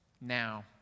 now